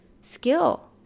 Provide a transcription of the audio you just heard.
skill